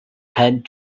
head